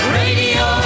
radio